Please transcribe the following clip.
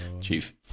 Chief